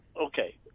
Okay